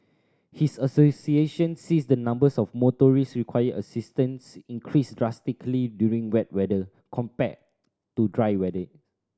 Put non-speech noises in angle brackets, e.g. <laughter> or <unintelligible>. his association sees the numbers of motorist requiring assistance increase drastically during wet weather compared to dry <unintelligible>